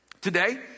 Today